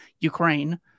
Ukraine